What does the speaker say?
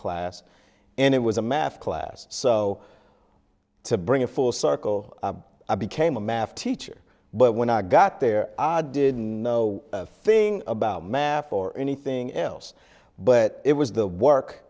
class and it was a math class so to bring it full circle i became a math teacher but when i got there our didn't know thing about math or anything else but it was the work